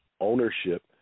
ownership